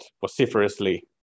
vociferously